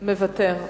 מוותר.